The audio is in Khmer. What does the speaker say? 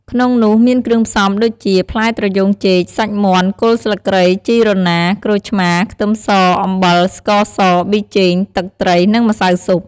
ក្នុងនោះ មានគ្រឿងផ្សំដូចជា ផ្លែត្រយូងចេក សាច់មាន់ គល់ស្លឹកគ្រៃ ជីរណារ ក្រូចឆ្មា ខ្ទឹមស អំបិល ស្ករស ប៊ីចេង ទឹកត្រី និងម្សៅស៊ុប។